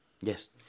Yes